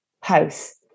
house